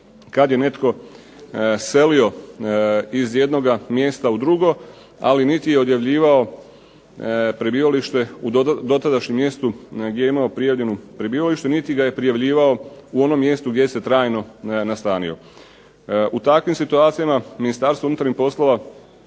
kad je netko selio iz jednoga mjesta u drugo, ali niti je odjavljivao prebivalište u dotadašnjem mjestu gdje je imao prijavljeno prebivalište niti ga je prijavljivao u onom mjestu gdje se trajno nastanio. U takvim situacijama Ministarstvo unutarnjih poslova